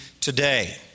today